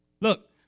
Look